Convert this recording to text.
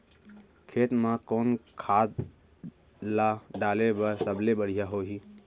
खेत म कोन खाद ला डाले बर सबले बढ़िया होही?